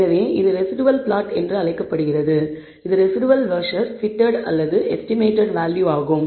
எனவே இது residual plot என்று அழைக்கப்படுகிறது இது ரெஸிடுவல் வெர்சஸ் பிட்டட் அல்லது எஸ்டிமேடட் வேல்யூ ஆகும்